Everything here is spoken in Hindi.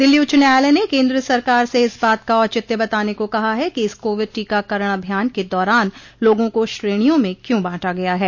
दिल्ली उच्च न्यायालय ने केंद्र सरकार से इस बात का औचित्य बताने को कहा है कि इस कोविड टीकाकरण अभियान के दौरान लोगों को श्रेणियों में क्यों बांटा गया है